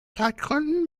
zeitgründen